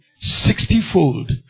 sixtyfold